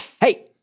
hey